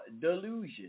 delusion